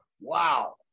Wow